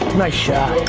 nice shot.